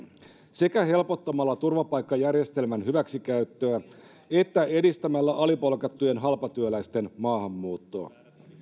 sekä helpottamalla turvapaikkajärjestelmän hyväksikäyttöä että edistämällä alipalkattujen halpatyöläisten maahanmuuttoa